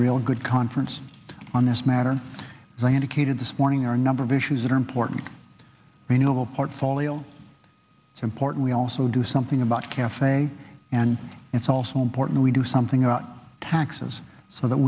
real good conference on this matter as i indicated this morning our number of issues that are important renewable portfolio it's important we also do something about cafe and it's also important we do something about taxes so that